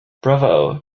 bravo